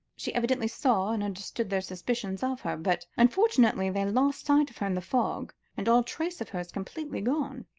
she evidently saw and understood their suspicions of her, but unfortunately they lost sight of her in the fog, and all trace of her is completely gone.